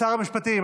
שר המשפטים,